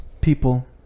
people